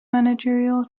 managerial